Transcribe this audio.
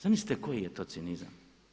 Zamislite koji je to cinizam?